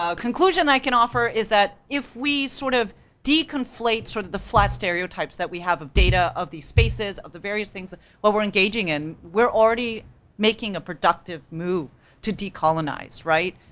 ah conclusion i can offer is that if we sort of deconflate sort of deconflate the flat stereotypes that we have of data, of the spaces, of the various things that, well, we're engaging in, we're already making a productive move to de-colonize, right?